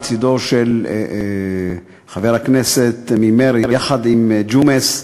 לצדו של חבר הכנסת ממרצ, יחד עם ג'ומס.